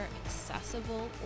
accessible